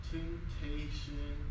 Temptation